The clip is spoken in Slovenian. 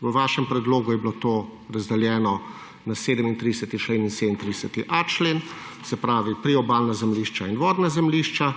V vašem predlogu je bilo to razdeljeno na 37. in 37.a člen, se pravi, priobalna zemljišča in vodna zemljišča.